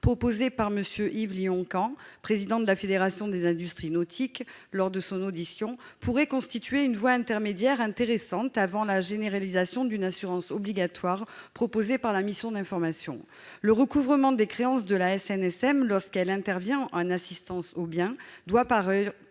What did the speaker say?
proposée par M. Yves Lyon-Caen, président de la Fédération des industries nautiques, lors de son audition, pourrait constituer une voie intermédiaire intéressante avant la généralisation d'une assurance obligatoire, proposée par la mission d'information. Le recouvrement des créances de la SNSM, lorsque celle-ci intervient en assistance aux biens, doit par